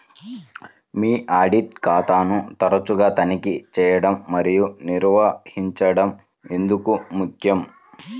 మీ audit ఖాతాను తరచుగా తనిఖీ చేయడం మరియు నిర్వహించడం ఎందుకు ముఖ్యం?